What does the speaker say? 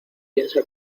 piensa